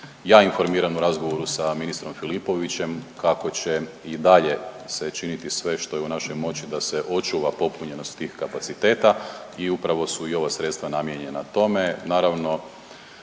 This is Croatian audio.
ja informiran u razgovoru sa ministrom Filipovićem kako će i dalje se činiti sve što je u našoj moći da se očuva popunjenost tih kapaciteta i upravo su i ova sredstva namijenjena tome.